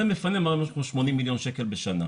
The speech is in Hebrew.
זה מפנה משהו כמו 80 מיליון שקל בשנה.